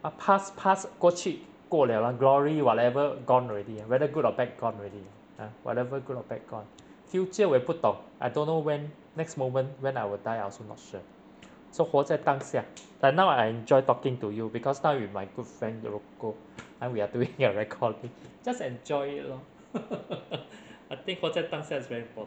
ah past past 过去过 liao lah glory whatever gone already and whether good or bad gone already !huh! whatever good or bad gone future 我也不懂 I don't know when next moment when I will die I also not sure so 活在当下 like now I enjoy talking to you because now with my good friend rocco and we are doing your recording just enjoy it lor I think 活在当下 is very important